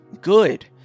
good